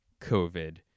covid